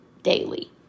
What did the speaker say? daily